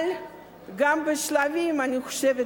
אבל גם בשלבים אני מקווה